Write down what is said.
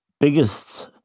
biggest